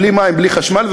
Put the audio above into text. בלי מים ובלי חשמל,